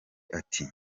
ati